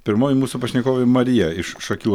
pirmoji mūsų pašnekovė marija iš šakių